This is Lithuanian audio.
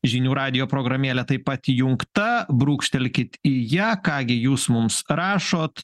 žinių radijo programėlė taip pat įjungta brūkštelkit į ją ką gi jūs mums rašot